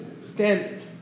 standard